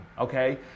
okay